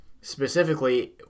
specifically